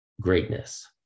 greatness